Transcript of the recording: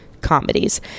comedies